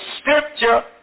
scripture